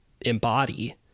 embody